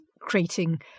creating